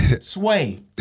sway